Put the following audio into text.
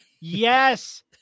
yes